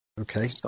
Okay